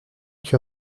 que